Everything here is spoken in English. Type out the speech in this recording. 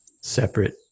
separate